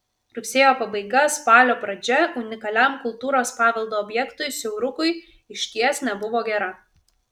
rugsėjo pabaiga spalio pradžia unikaliam kultūros paveldo objektui siaurukui išties nebuvo gera